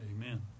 amen